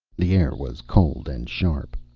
the air was cold and sharp.